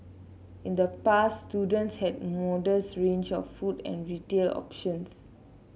in the past students had a modest range of food and retail options